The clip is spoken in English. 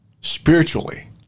Spiritually